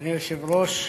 אדוני היושב-ראש,